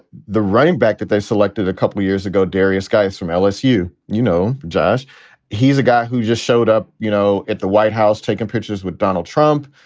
the running back that they selected a couple of years ago. derrius, guys from lsu, you know, just he's a guy who just showed up, you know, at the white house taking pictures with donald trump.